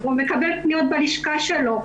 הוא מקבל פניות בלשכה שלו.